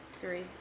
Three